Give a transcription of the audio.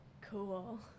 cool